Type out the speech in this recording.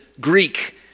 Greek